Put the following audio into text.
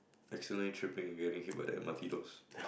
accidentally tripping and getting hit by the M_R_T doors